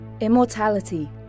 Immortality